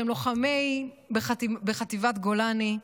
שהם לוחמים בחטיבת גולני,